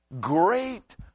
great